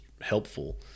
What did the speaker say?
helpful